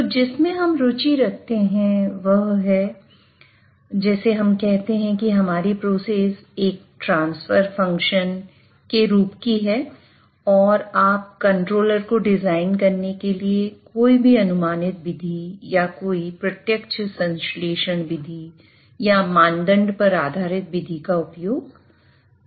तो जिस में हम रुचि रखते हैं वह है जैसे हम कहते हैं कि हमारी प्रोसेस एक ट्रांसफर फंक्शन के रूप की है और आप कंट्रोलर को डिजाइन करने के लिए कोई भी अनुमानित विधि का उपयोग कर सकते हैं